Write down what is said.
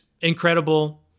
incredible